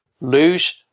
lose